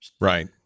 Right